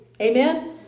Amen